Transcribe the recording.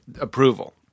approval